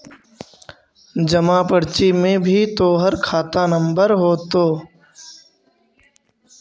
जमा पर्ची में भी तोहर खाता नंबर होतो